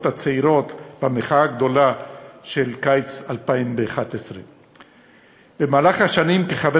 הצעירות במחאה הגדולה של קיץ 2011. במהלך השנים כחבר